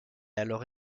alors